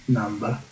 number